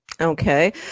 Okay